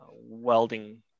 welding